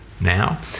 now